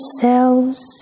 cells